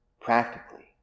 practically